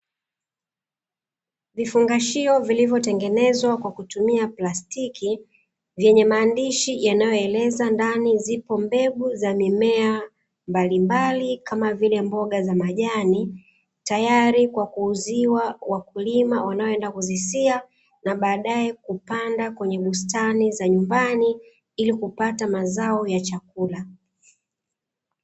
Vifungashio vilivyotengenezwa kwa kutumia plastiki vyenye maandishi yanayoeleza ndani zipo mbegu za mimea mbalimbali kama vile mboga za majani, tayari kwa kuuziwa wakulima wanaoenda kuzisia na baadaye kupanda kwenye bustani za nyumabni ili kupata mazao ya chakula.